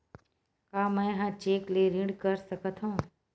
का मैं ह चेक ले ऋण कर सकथव?